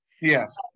Yes